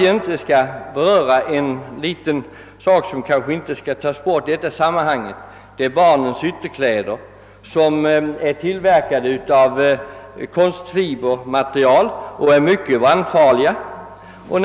Jag vill också beröra en annan sak som man inte heller bör bortse från i detta sammanhang, nämligen att bar nens ytterkläder numera i stor utsträckning är tillverkade av mycket brandfarliga konstfibermaterial.